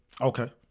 Okay